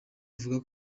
avuga